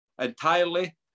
entirely